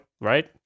right